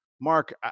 Mark